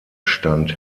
stand